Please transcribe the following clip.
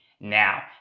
now